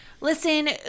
listen